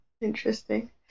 Interesting